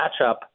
matchup